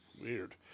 Weird